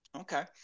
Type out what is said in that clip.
Okay